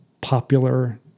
popular